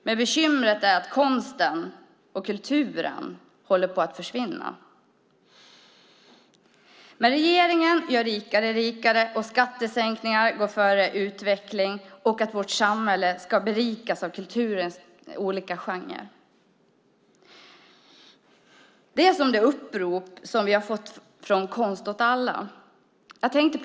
Bekymret är i stället att konsten och kulturen håller på att försvinna. Regeringen gör de rika rikare, och skattesänkningar går före utveckling och att berika vårt samhälle med kulturens olika genrer. Vi har fått ett upprop från Konst åt alla.